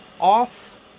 off